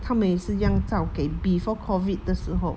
他们也是一样照给 before COVID 的时候